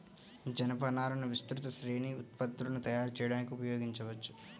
జనపనారను విస్తృత శ్రేణి ఉత్పత్తులను తయారు చేయడానికి ఉపయోగించవచ్చు